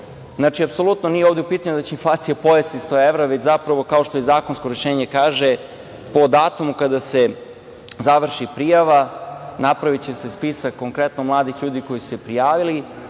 obavljaju. Apsolutno ovde nije u pitanju da će inflacija pojesti 100 evra, već zapravo, kao što zakonsko rešenje kaže, po datumu kada se završi prijava napraviće se spisak konkretno mladih ljudi koji su se prijavili